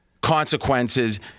consequences